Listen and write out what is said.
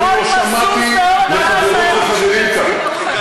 אני לא שמעתי מחברות וחברים כאן,